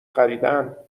خریدن